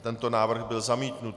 Tento návrh byl zamítnut.